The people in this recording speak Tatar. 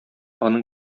аның